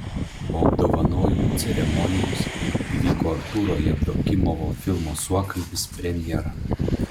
po apdovanojimų ceremonijos įvyko artūro jevdokimovo filmo suokalbis premjera